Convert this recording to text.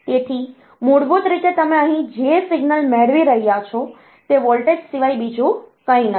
તેથી મૂળભૂત રીતે તમે અહીં જે સિગ્નલ મેળવી રહ્યા છો તે વોલ્ટેજ સિવાય બીજું કંઈ નથી